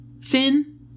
Finn